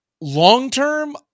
Long-term